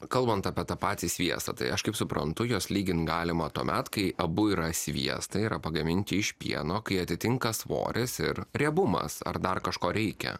kalbant apie tą patį sviestą tai aš kaip suprantu juos lygint galima tuomet kai abu yra sviestai yra pagaminti iš pieno kai atitinka svoris ir riebumas ar dar kažko reikia